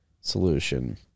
solution